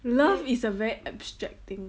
love is a very abstract thing